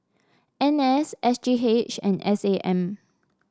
N S S G H and S A M